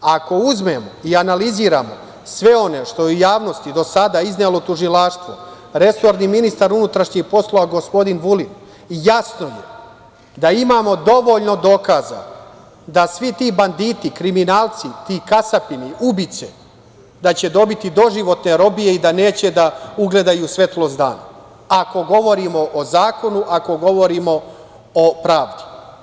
Ako uzmemo i analiziramo sve ono što je do sada u javnost iznelo tužilaštvo, resorni ministar unutrašnjih poslova, gospodin Vulin, jasno je da imamo dovoljno dokaza da svi ti banditi, kriminalci, ti kasapini, ubice, da će dobiti doživotne robije i da neće da ugledaju svetlost dana ako govorimo o zakonu, ako govorimo o pravdi.